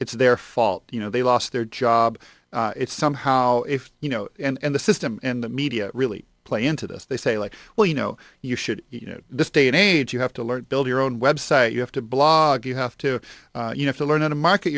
it's their fault you know they lost their job it's somehow if you know and the system and the media really play into this they say like well you know you should you know this day and age you have to learn to build your own website you have to blog you have to you have to learn how to market